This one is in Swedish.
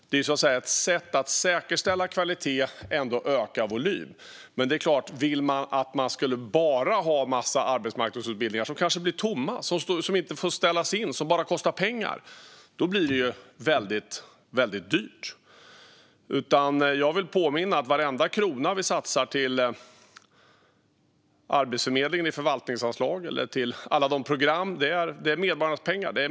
Det är ett sätt att säkerställa kvalitet och ändå öka volymen. Men det är klart att om man bara vill ha en massa arbetsmarknadsutbildningar som kanske blir tomma, som får ställas in och bara kostar pengar, blir det väldigt dyrt. Jag vill påminna om att varenda krona som vi satsar på Arbetsförmedlingen, i förvaltningsanslag eller till alla program, är medborgarnas pengar.